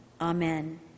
Amen